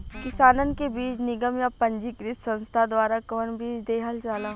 किसानन के बीज निगम या पंजीकृत संस्था द्वारा कवन बीज देहल जाला?